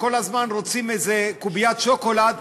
שכל הזמן רוצים איזה קוביית שוקולד,